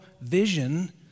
vision